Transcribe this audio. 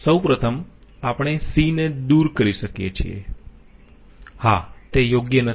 સૌપ્રથમ આપણે c ને દૂર કરી શકીયે છીએ હા તે યોગ્ય નથી